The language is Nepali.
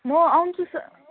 म आउँछु स